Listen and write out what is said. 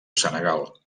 senegal